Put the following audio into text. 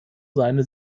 seine